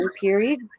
period